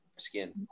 skin